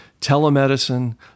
telemedicine